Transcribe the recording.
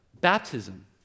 baptism